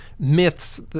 Myths